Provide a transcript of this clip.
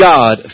God